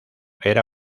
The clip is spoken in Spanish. era